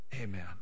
Amen